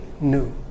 new